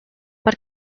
per